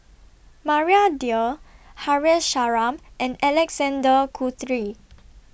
Maria Dyer Haresh Sharma and Alexander Guthrie